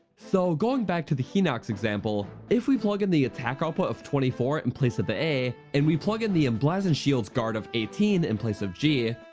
so, going back to the hinox example, if we plug in the attack output of twenty four in place of the a, and we plug in the emblazoned shields guard of eighteen in place of g,